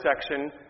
section